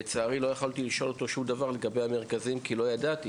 לצערי לא יכולתי לשאול אותו שום דבר לגבי המרכזים כי לא ידעתי.